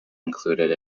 included